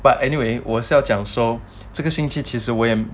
but anyway 我是要讲说 so 这个星期其实我也